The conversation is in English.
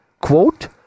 quote